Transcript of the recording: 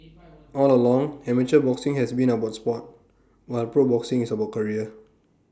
all along amateur boxing has been about Sport while pro boxing is about career